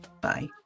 bye